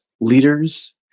leaders